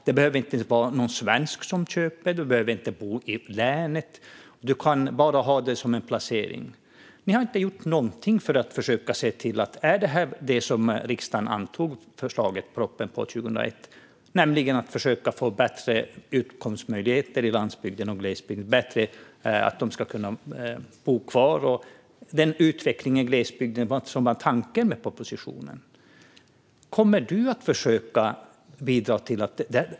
Det behöver inte ens vara en svensk som köper, och man behöver inte bo i samma län. Man kan ha det enbart som en placering. Ni har inte gjort någonting för att se till att detta motsvarar det som riksdagen antog ett förslag och en proposition om 2001, nämligen att försöka få bättre utkomstmöjligheter i landsbygden och glesbygden och att människor ska kunna bo kvar. Det var denna utveckling i glesbygden som var tanken med propositionen. Kommer du att försöka bidra till detta?